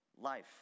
life